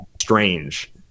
strange